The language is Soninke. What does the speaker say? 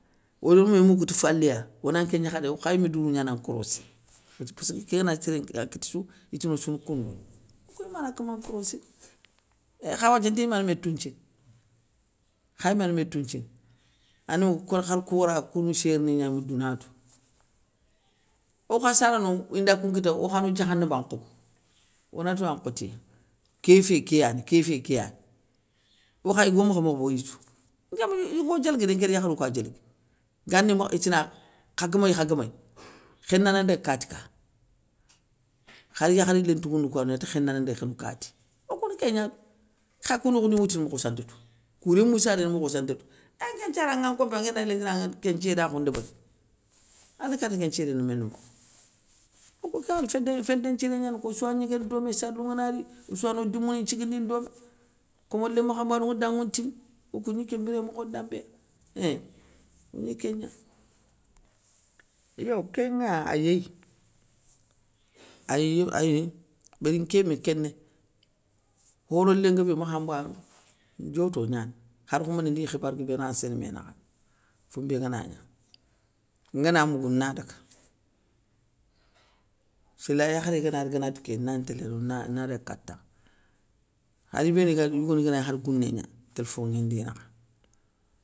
Oyoum ni moukou ti faléya, onanké gnakhalé. okha yimé dourou gnana nkorossini, wathie passkeu kén ngana séré akita sou itina ossouna konouwa, okou youmana kaman nkorossini, kha wathia nti yiman mé tounthini, khayimane mé tounthini, ane mougou kone khar kou wara, kou ni sér ni gna ama douna tou, okha sarano inda koun kita okha no diakhanaba nkhobo, onato yankhotiya, kéfé kéyani kéfé kéyani, okha igo makha mokhobé oyi tou, nkémi yigo diélgui dé, nkéri yakharou kouya diélgui, gani itina, kha guéméy kha guéméy, khénana ndaga kati ka, khar yakkhari léntougounou kouani nanti khénana ndaga khénou kati, okouna kégna tou, kha kou nokhodounŋwoutou mokhossou antatou, kou rémouy saréné mokhossou anta tou, ééhh anké nthiara anŋa nkompé anké nayilé tini anŋe kén nthiédakhou ndébérini, ane kate kén nthiédéné méndou mokho, okou kéyani fédé nthiré gnani ko ossouya gniguéné domé salou ngana ri, ossouya no dimouni nthiguindini domé, komé lémé makhanbanou nŋa danŋou ntimi, okou gni kén mbiré mokho ndambéya, einnnn, ogni kégna. Yo kénŋa, ayéy ayo ayéy, béri nké yimé kéné, horo lén nguébé makhanbanou, ndioto gnani, khar khoumbéné ndiya khibare guébé ransséne mé nakha, foumbé gana gna. ngana mougou nadaga, séla yakharé ganari ganati ké nan téléro nan nadaga katanŋa, khar ibéni gar yigoni ganagni khar gouné gna télfo nŋi ndi nakha.